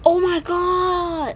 oh my god